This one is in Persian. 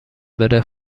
بره